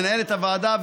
מנהלת הוועדה,